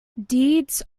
deeds